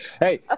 Hey